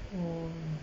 oh